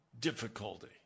difficulty